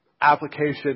application